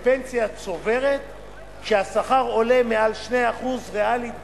ופנסיה צוברת כשהשכר עולה מעל 2% ריאלית בשנה.